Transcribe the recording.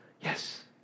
yes